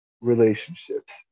relationships